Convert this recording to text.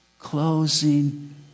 Closing